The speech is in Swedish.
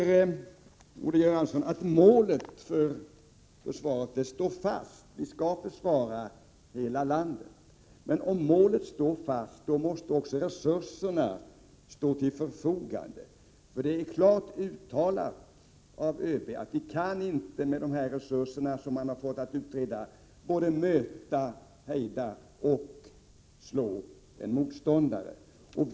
Olle Göransson säger att målet för vårt försvar, att vi skall försvara hela landet, står fast. Men om målet står fast måste också resurserna härför stå till förfogande. Det är klart uttalat av ÖB att vi med de resurser som utredningen skall utgå från inte kan möta, hejda och slå tillbaka en motståndare.